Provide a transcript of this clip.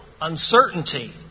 uncertainty